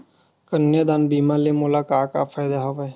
कन्यादान बीमा ले मोला का का फ़ायदा हवय?